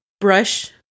brush